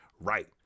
right